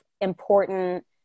important